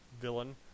villain